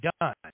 done